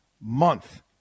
month